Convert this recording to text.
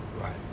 Right